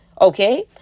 okay